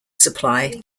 supply